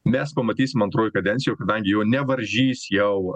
mes pamatysim antrojoj kadencijoj kadangi jo nevaržys jau